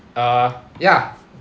uh ya